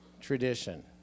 tradition